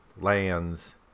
lands